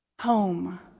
Home